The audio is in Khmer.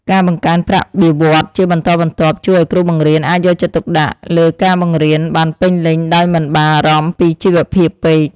ការបង្កើនប្រាក់បៀវត្សជាបន្តបន្ទាប់ជួយឱ្យគ្រូបង្រៀនអាចយកចិត្តទុកដាក់លើការបង្រៀនបានពេញលេញដោយមិនបារម្ភពីជីវភាពពេក។